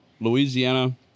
Louisiana